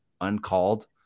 uncalled